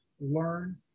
learn